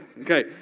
Okay